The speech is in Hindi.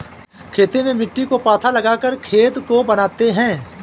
खेती में मिट्टी को पाथा लगाकर खेत को बनाते हैं?